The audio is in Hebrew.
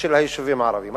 של היישובים הערביים.